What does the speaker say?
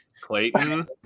Clayton